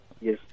Yes